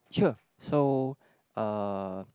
sure so uh